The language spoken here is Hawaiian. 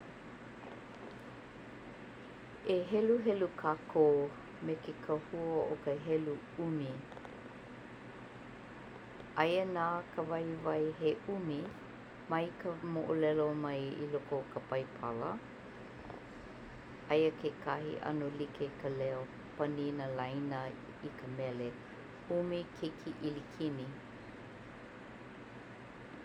E heluhelu kākou me ke kahua o ka helu 'umi... Aia nā ka waiwai he 'um mai ka mo'olelo mai i loko o ka baibala... Aia ke kahi 'ano like ka leo panina laina i ka mele "Umi Keiki 'Ilikini".